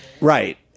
Right